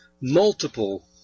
multiple